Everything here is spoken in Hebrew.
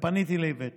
ופניתי לאיווט